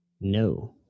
No